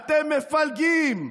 אתם מפלגים,